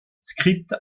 script